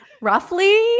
roughly